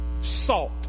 salt